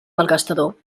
malgastador